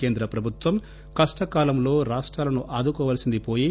కేంద్ర ప్రభుత్వం కష్ణకాలంలో రాష్టాలను ఆదుకోవాల్సింది పోయి